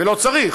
ולא צריך.